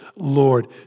Lord